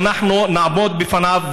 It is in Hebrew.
שאנחנו נעמוד בפניו,